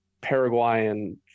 paraguayan